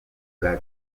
bwa